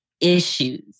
issues